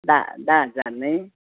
धा धा हजार न्हय